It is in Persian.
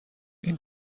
این